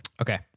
Okay